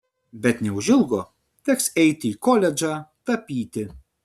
bet neužilgo teks eiti į koledžą tapyti